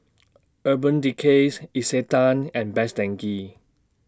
Urban Decay Isetan and Best Denki